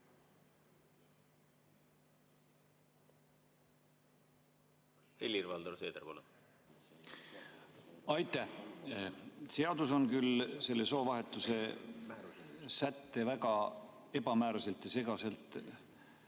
Helir-Valdor Seeder, palun! Aitäh! Seadus on küll selle soovahetuse sätte väga ebamääraselt ja segaselt